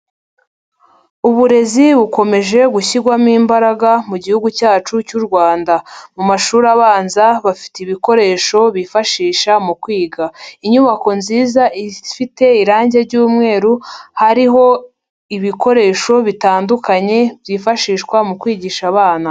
Uburezi bukomeje gushyirwamo imbaraga mu gihugu cyacu cy'u Rwanda. Mu ashuri abanza bafite ibikoresho bifashisha mu kwiga. Inyubako nziza ifite irangi ry'umweru hariho ibikoresho bitandukanye byifashishwa mu kwigisha abana.